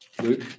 Luke